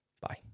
Bye